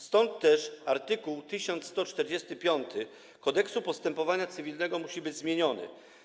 Stąd też art. 1145 Kodeksu postępowania cywilnego musi być zmieniony.